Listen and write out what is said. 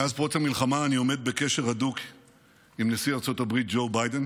מאז פרוץ המלחמה אני עומד בקשר הדוק עם נשיא ארצות הברית ג'ו ביידן